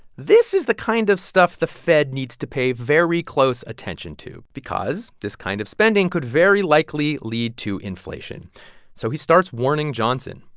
this is the kind of stuff the fed needs to pay very close attention to because this kind of spending could very likely lead to inflation so he starts warning johnson,